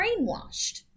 brainwashed